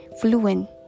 fluent